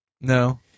No